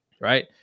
right